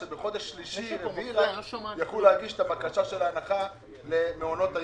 שבחודש מרץ-אפריל יכלו להגיש את הבקשה להנחה למעונות היום.